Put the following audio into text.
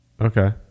Okay